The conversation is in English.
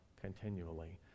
continually